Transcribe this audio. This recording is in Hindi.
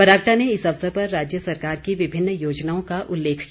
बरागटा ने इस अवसर पर राज्य सरकार की विभिन्न योजनाओं का उल्लेख किया